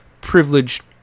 privileged